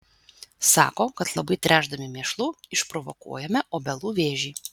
sako kad labai tręšdami mėšlu išprovokuojame obelų vėžį